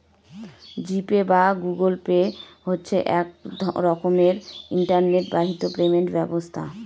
জি Pay বা Google Pay হচ্ছে এক রকমের ইন্টারনেট বাহিত পেমেন্ট ব্যবস্থা